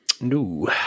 No